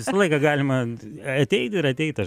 visą laiką galima ateit ir ateit aš